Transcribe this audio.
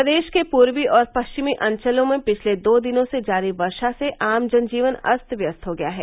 प्रदेश के पूर्वी और पश्चिमी अंचलों में पिछले दो दिनों से जारी वर्षा से आम जनजीवन अस्त व्यस्त हो गया है